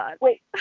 Wait